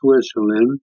Switzerland